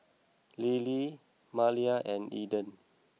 Lyle Malia and Eden